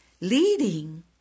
leading